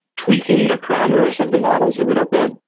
tweaking the parameters of the models a little bit,